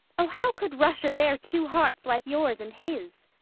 oh, how could russia bear two hearts like yours and his!